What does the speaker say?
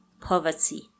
poverty